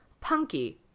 punky